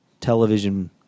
Television